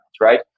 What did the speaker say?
right